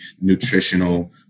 nutritional